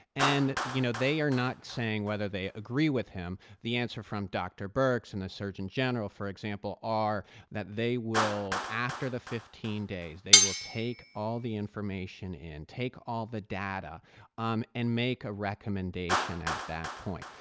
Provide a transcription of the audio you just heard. and, you know, they are not saying whether they agree with him. the answer from dr. birx and the surgeon general, for example, are that they will after the fifteen days, they will take all the information in, take all the data um and make a recommendation at that point.